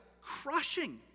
crushing